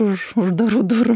už uždarų durų